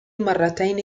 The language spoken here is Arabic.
مرتين